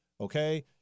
okay